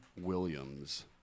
Williams